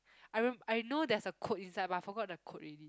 I reme~ I know there's a quote inside but I forgot the quote already